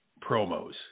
promos